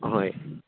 ꯑꯍꯣꯏ